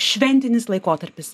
šventinis laikotarpis